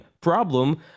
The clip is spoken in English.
problem